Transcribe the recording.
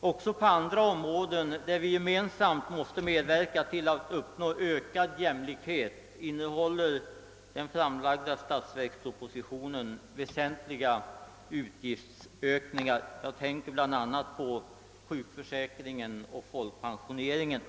Också på andra områden, där vi gemensamt måste verka för att uppnå ökad jämlikhet, innehåller den framlagda statsverkspropositionen väsentliga utgiftsökningar. Jag tänker bl.a. på sjukförsäkringen och folkpensioneringen.